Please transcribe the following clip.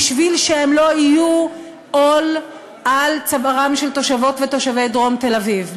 כדי שהם לא יהיו עול על צווארם של תושבות ותושבי דרום תל-אביב,